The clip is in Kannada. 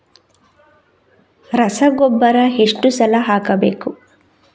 ರಸಗೊಬ್ಬರ ಎಷ್ಟು ಸಲ ಹಾಕಬೇಕು?